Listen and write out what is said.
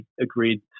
agreed